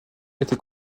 était